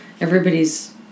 everybody's